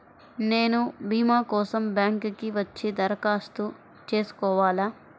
నేను భీమా కోసం బ్యాంక్కి వచ్చి దరఖాస్తు చేసుకోవాలా?